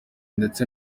ndetse